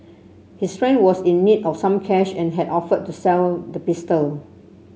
his friend was in need of some cash and had offered to sell the pistol